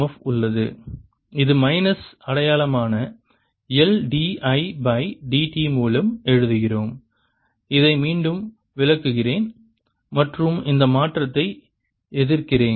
F உள்ளது இது minus அடையாளமான L d I by d t மூலம் எழுதுகிறோம் இதை மீண்டும் விளக்குகிறேன் மற்றும் இந்த மாற்றத்தை எதிர்க்கிறேன்